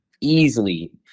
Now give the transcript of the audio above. easily